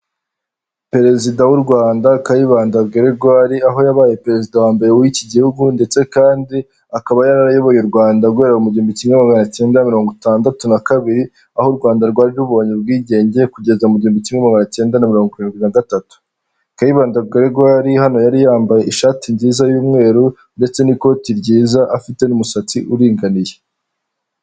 Perezida w'u Rwanda Kayibanda Gregoire aho yabaye perezida wa mbere w'iki gihugu ndetse kandi akaba yarayoboye u Rwanda guhera mu gihumbi kimwe magana cyenda mirongo itandatu na kabiri aho u Rwanda rwari rubonye ubwigenge kugeza mu gihumbi kimwe cyeyenda na mirongo irindwi nagatatu kayibanda Gregoire yari hano yari yambaye ishati nziza y'umweru ndetse n'ikoti ryiza afite n'umusatsi uringaniye.